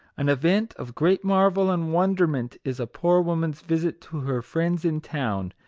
an event of great marvel and wonder ment is a poor woman's visit to her friends in town,